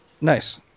Nice